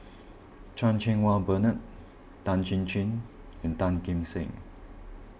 Chan Cheng Wah Bernard Tan Chin Chin and Tan Kim Seng